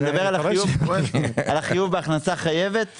אתה מדבר על החיוב בהכנסה חייבת?